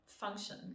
function